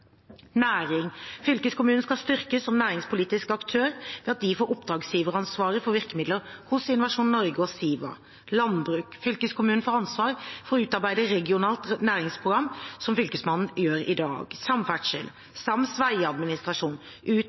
Næring: Fylkeskommunene skal styrkes som næringspolitisk aktør ved at de får oppdragsgiveransvaret for virkemidler hos Innovasjon Norge og SIVA. Landbruk: Fylkeskommunene får ansvar for å utarbeide regionalt næringsprogram, som Fylkesmannen gjør i dag. Samferdsel: